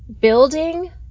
building